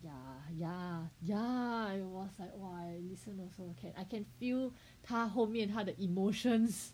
ya ya ya I was like !whoa! I listen also can I can feel 他后面他的 emotions